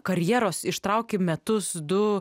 karjeros ištrauki metus du